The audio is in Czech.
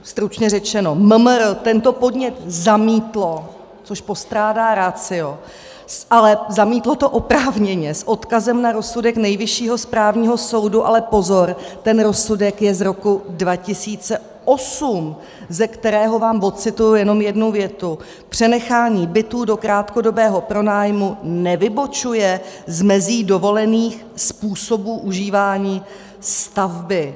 Stručně řečeno, MMR tento podnět zamítlo, což postrádá ratio, ale zamítlo to oprávněně s odkazem na rozsudek Nejvyššího správního soudu, ale pozor ten rozsudek je z roku 2008, ze kterého vám odcituji jenom jednu větu: Přenechání bytů do krátkodobého pronájmu nevybočuje z mezí dovolených způsobů užívání stavby.